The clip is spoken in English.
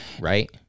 right